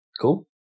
Cool